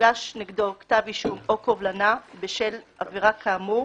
נגדו כתב אישום או קובלנה בשל עבירה כאמור